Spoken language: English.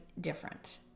different